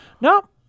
No